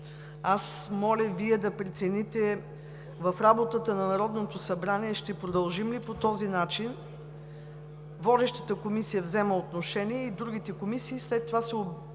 Моля, Вие да прецените работата на Народното събрание ще продължи ли по този начин – водещата Комисия взема отношение и другите комисии след това нямат